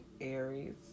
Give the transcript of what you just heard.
Aries